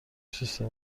سیستم